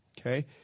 Okay